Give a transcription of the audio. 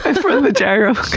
from the gyro